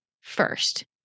first